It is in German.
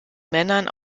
männern